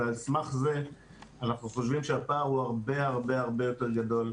ועל סמך זה אנחנו חושבים שהפער הוא הרבה יותר גדול.